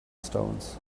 stones